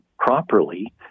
properly